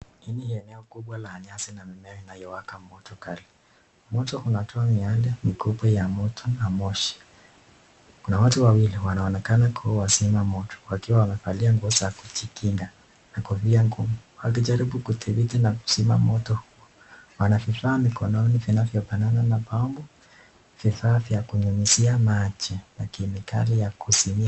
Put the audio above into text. Hii ni eneo kubwa la nyasi na mimmea inayowaka moto kali, moto unatoa miale mikubwa ya moto na moshi, kuna watu wawili wanaonekana kuwa wazima moto wakiwa wamevalia nguo za kujikinga na kofia ngumu akijaribu kuthibiti na kuzima moto, wana vifaa mikononi vinavyofanana na bambu, vifaa vya kunyunyizia maji na chemikali ya kuzimia.